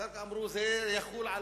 אחר כך אמרו: זה יחול על